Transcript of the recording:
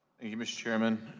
and you mr. chairman,